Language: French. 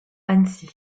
annecy